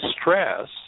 stress